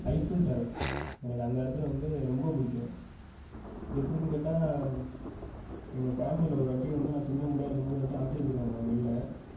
Eiffel tower எனக்கு அந்த இடத்துல வந்து ரொம்ப பிடிக்கும் எப்படின்னு கேட்டால் எங்கள் ஃபேம்லியில் ஒரு வாட்டி வந்து நான் சின்ன பிள்ளையா இருக்கும்போது ஒரு வாட்டி அழைச்சிட்டு போயிருக்காங்க வெளியில்